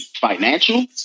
financial